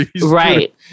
right